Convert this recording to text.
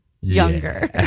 younger